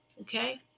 Okay